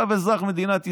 עכשיו אזרח מדינת ישראל,